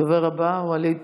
הדובר הבא, וליד